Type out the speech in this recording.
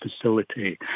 facility